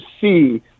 see